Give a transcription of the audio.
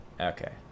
okay